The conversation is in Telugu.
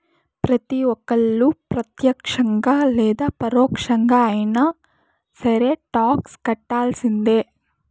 ప్రతి ఒక్కళ్ళు ప్రత్యక్షంగా లేదా పరోక్షంగా అయినా సరే టాక్స్ కట్టాల్సిందే